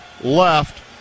left